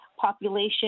population